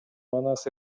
манас